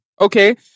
Okay